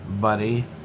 buddy